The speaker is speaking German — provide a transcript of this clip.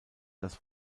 das